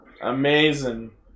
Amazing